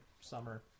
summer